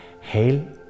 Hail